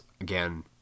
again